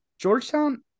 Georgetown